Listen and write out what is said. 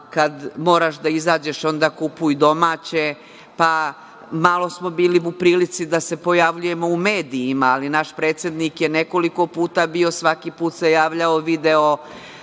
kad moraš da izađeš onda „Kupuj domaće“. Malo smo bili u prilici da se pojavljujemo u medijima, ali naš predsednik je nekoliko puta bio, svaki put se javljao